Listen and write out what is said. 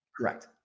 Correct